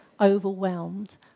overwhelmed